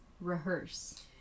rehearse